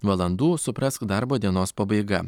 valandų suprask darbo dienos pabaiga